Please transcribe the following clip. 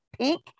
Pink